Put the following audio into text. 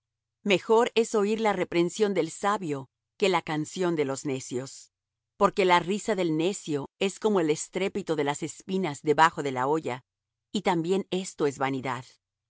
mejor es oir la reprensión del sabio que la canción de los necios porque la risa del necio es como el estrépito de las espinas debajo de la olla y también esto es vanidad